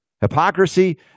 Hypocrisy